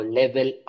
level